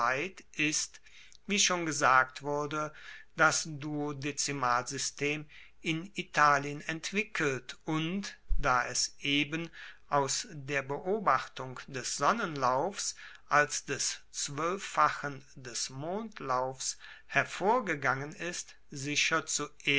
ist wie schon gesagt wurde das duodezimalsystem in italien entwickelt und da es eben aus der beobachtung des sonnenlaufs als des zwoelffachen des mondlaufs hervorgegangen ist sicher